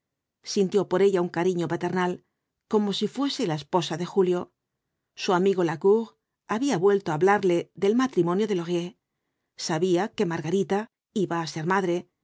sintió por ella un cariño paternal como si fuese la esposa de julio su amigo lacour había vuelto á hablarle del matrimonio laurier sabía que margarita iba á ser madre